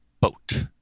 boat